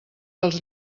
dels